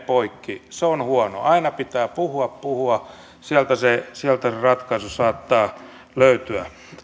poikki se on huono aina pitää puhua puhua sieltä se ratkaisu saattaa löytyä